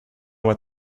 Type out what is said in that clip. what